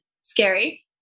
scary